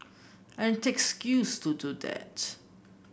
and takes skills to do that